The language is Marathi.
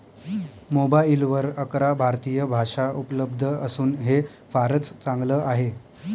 मोबाईलवर अकरा भारतीय भाषा उपलब्ध असून हे फारच चांगल आहे